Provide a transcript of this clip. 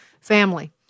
family